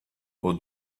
aux